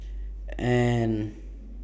and